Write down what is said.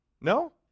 No